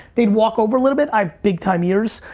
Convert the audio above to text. they'd walk over a little bit, i have big time ears,